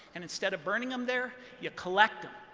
and instead of burning them there, you collect them.